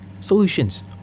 solutions